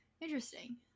interesting